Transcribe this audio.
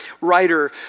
writer